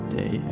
day